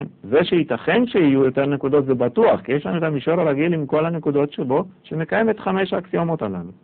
זה שיתכן שיהיו יותר נקודות זה בטוח, כי יש לנו את המישור הרגיל עם כל הנקודות שבו, שמקיים את חמש האקסיומות הללו